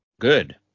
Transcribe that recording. good